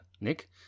Nick